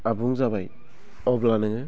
आबुं जाबाय अब्ला नोङो